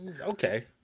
Okay